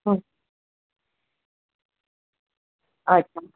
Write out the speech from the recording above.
હ અચ્છા